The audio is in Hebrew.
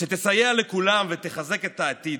שתסייע לכולם ותחזק את העתיד.